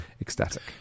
ecstatic